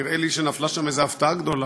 נראה לי שנפלה שם איזו הפתעה גדולה,